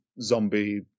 zombie